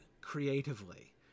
creatively